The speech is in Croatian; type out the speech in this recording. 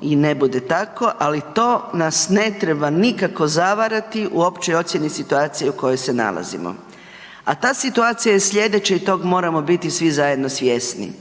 i ne bude tako, ali to nas ne treba nikako zavarati u općoj ocijeni situacije u kojoj se nalazimo. A ta situacija je slijedeća i tog moramo biti svi zajedno svjesni,